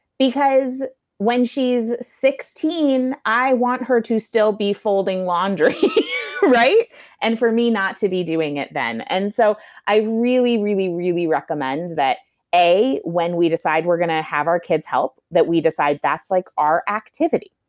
because when she's sixteen, i want her to still be folding laundry and for me not to be doing it then. and so i really, really, really recommend that a, when we decide we're going to have our kids help, that we decide that's like our activity.